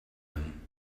him